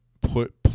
put